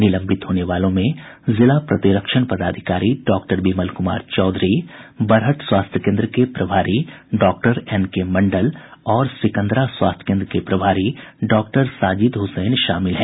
निलंबित होने वालों में जिला प्रतिरक्षण पदाधिकारी डॉक्टर विमल कुमार चौधरी बरहट स्वास्थ्य केन्द्र के प्रभारी डॉक्टर एन के मंडल और सिकन्दरा स्वास्थ्य केन्द्र के प्रभारी डॉक्टर साजिद हुसैन शामिल है